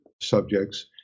subjects